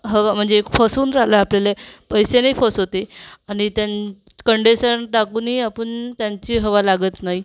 हवा म्हणजे फसवून राहिला आपल्याला पैसेले फसवते आणि त्यान कंडेन्सर टाकूनही आपण त्यांची हवा लागत नाही